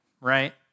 right